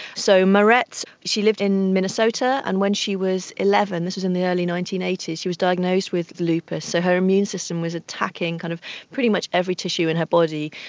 so marette, she lived in minnesota, and when she was eleven, this was in the early nineteen eighty s, she was diagnosed with lupus. so her immune system was attacking kind of pretty much every tissue in her body.